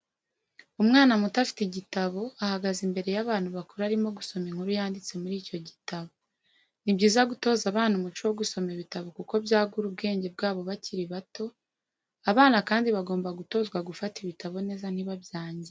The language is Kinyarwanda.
Umwana muto afite igitabo ahagaze imbere y'abantu bakuru arimo gusoma inkuru yanditse muri icyo gitabo. Ni byiza gutoza abana umuco wo gusoma ibitabo kuko byagura ubwenge bwabo bakiri bato, abana kandi bagomba gutozwa gufata ibitabo neza ntibabyangize.